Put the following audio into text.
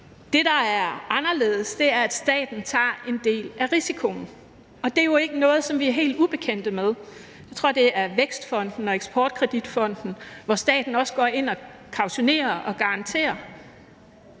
Det, der er anderledes, er, at staten tager en del af risikoen, og det er jo ikke noget, som vi er helt ubekendte med. Jeg tror, det er Vækstfonden og Eksportkreditfonden, hvor staten også går ind og kautionerer og garanterer.